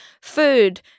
food